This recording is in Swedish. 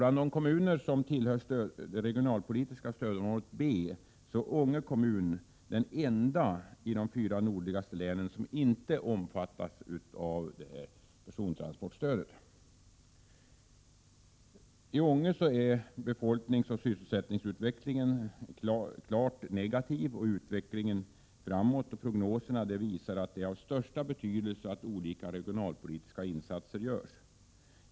Bland de kommuner som tillhör det regionalpolitiska stödområdet B är Ånge kommun den enda i de fyra nordligaste länen som inte omfattas av persontransportstödet. Befolkningsoch sysselsättningsutvecklingen i Ånge kommun är klart negativ, och prognoserna för den framtida utvecklingen i Ånge kommun visar att det är av största betydelse att olika regionalpolitiska insatser görs.